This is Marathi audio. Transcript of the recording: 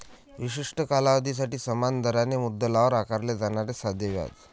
विशिष्ट कालावधीसाठी समान दराने मुद्दलावर आकारले जाणारे साधे व्याज